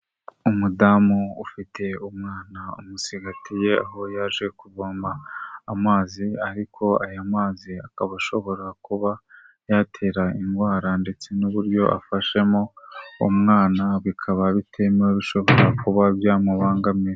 Umudamu ufite umwana umusigatiye, aho yaje kuvoma amazi, ariko aya mazi akaba ashobora kuba yatera indwara ndetse n'uburyo afashemo uwo mwana bikaba bitemewe, bishobora kuba byamubangamira.